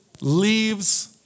leaves